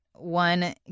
One